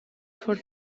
for